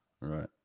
Right